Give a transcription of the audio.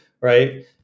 right